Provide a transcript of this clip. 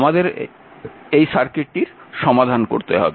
আমাদের এই সার্কিটটির সমাধান করতে হবে